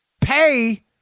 pay